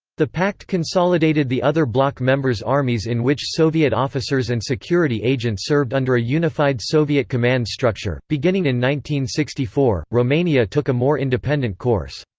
the pact consolidated the other bloc members' armies in which soviet officers and security agents served under a unified soviet command structure beginning in one sixty four, romania took a more independent course.